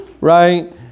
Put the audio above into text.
right